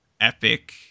epic